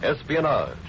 espionage